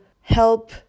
help